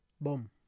Boom